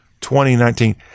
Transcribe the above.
2019